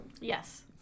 Yes